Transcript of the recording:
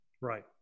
Right